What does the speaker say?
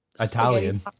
Italian